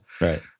Right